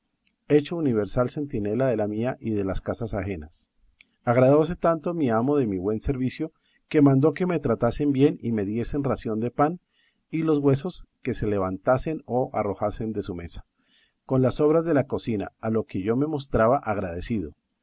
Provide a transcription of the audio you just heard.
hecho universal centinela de la mía y de las casas ajenas agradóse tanto mi amo de mi buen servicio que mandó que me tratasen bien y me diesen ración de pan y los huesos que se levantasen o arrojasen de su mesa con las sobras de la cocina a lo que yo me mostraba agradecido